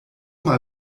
mal